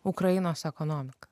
ukrainos ekonomiką